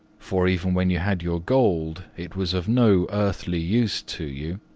for even when you had your gold it was of no earthly use to you.